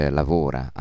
lavora